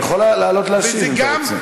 השר לוין, אתה יכול לעלות להשיב אם אתה רוצה.